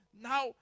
now